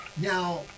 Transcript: Now